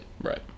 Right